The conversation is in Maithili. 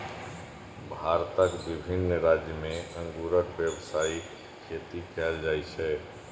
भारतक विभिन्न राज्य मे अंगूरक व्यावसायिक खेती कैल जाइ छै